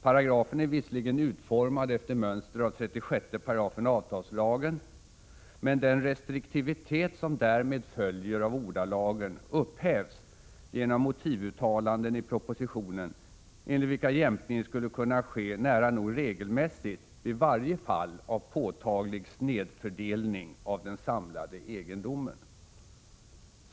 Paragrafen är visserligen utformad efter mönster av 36 § avtalslagen, men den restriktivitet som därmed följer av ordalagen upphävs genom motivuttalanden i propositionen, enligt vilka jämkning skulle kunna ske nära nog regelmässigt vid varje fall av påtaglig snedfördelning av den samlade egendomen.